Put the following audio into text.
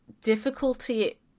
difficulty